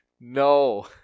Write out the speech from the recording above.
No